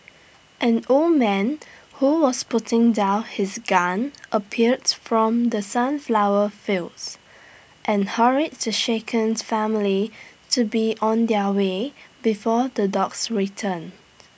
an old man who was putting down his gun appeared from the sunflower fields and hurried the shakens family to be on their way before the dogs return